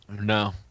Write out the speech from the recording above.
No